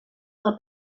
del